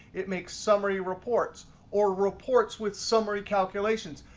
it makes summary reports or reports with summary calculations.